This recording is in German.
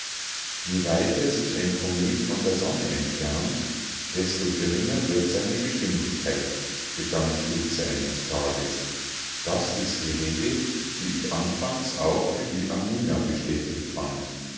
je weiter sich ein komet von der sonne entfernt desto geringer wird seine geschwindigkeit begann schultze eines tages das ist die regel die ich anfangs auch für die amina bestätigt fand